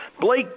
Blake